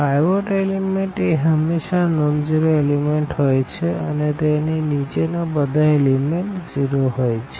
pivot element એ હમેશા non zero element હોઈ છે અને તેની નીચે ના બધા એલિમેન્ટ ઝીરો હોઈ છે